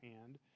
hand